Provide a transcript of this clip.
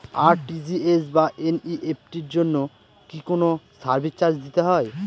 RTGS বা NEFT এর জন্য কি কোনো সার্ভিস চার্জ দিতে হয়?